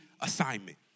assignment